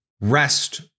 rest